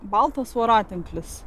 baltas voratinklis